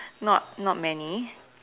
not not many